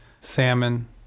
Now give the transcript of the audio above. salmon